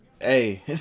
Hey